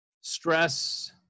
stress